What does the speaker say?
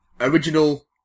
Original